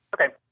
Okay